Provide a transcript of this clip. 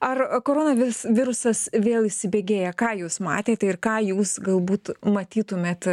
ar corona vis virusas vėl įsibėgėja ką jūs matėte ir ką jūs galbūt matytumėt